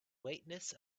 lateness